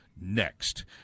next